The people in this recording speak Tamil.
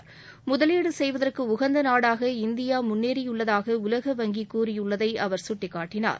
தொழிலில் முதலீடு செய்வதற்கு உகந்த நாடாக இந்தியா முன்னேறியுள்ளதாக உலக வங்கி கூறியுள்ளதை அவர் சுட்டிக்காட்டினார்